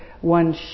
one